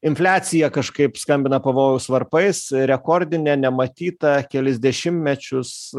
infliacija kažkaip skambina pavojaus varpais rekordinę nematytą kelis dešimtmečius